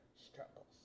struggles